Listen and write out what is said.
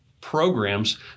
programs